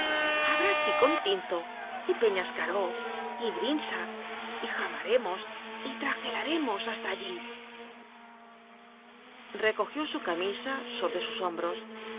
habrá chiscon tinto y peñascaró y brinsa y jamaremos y tragelaremos hasta allí recogió su camisa sobre sus hombros